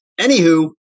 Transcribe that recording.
Anywho